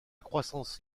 croissance